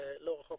לא רחוק